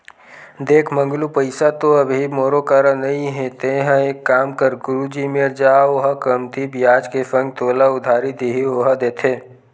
देख मंगलू पइसा तो अभी मोरो करा नइ हे तेंहा एक काम कर गुरुजी मेर जा ओहा कमती बियाज के संग तोला उधारी दिही ओहा देथे